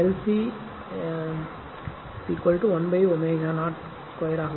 C 1ω0 2 ஆக இருக்கும்